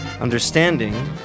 understanding